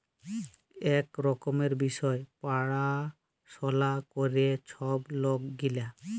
ইক রকমের বিষয় পাড়াশলা ক্যরে ছব লক গিলা